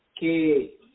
que